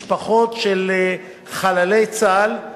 משפחות של חללי צה"ל.